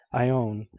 i own.